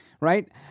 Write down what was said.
Right